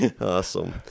Awesome